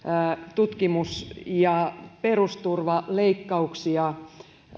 tutkimus ja perusturvaleikkauksia